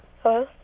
Hello